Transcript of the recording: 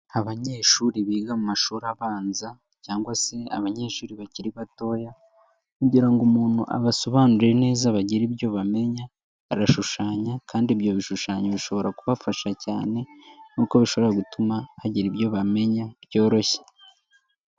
Abanyeshuri biga mu mashuri abanza cyangwa se abanyeshuri bakiri batoya kugira ngo umuntu abasobanurire neza bagire ibyo bamenya barashushanya kandi ibyo bishushanyo bishobora kubafasha cyane nk'uko bishobora gutuma bagira ibyo bamenya byoroshye.